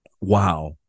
Wow